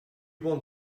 want